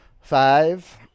Five